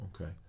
okay